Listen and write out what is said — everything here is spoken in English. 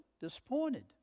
disappointed